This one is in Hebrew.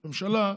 הממשלה,